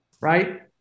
right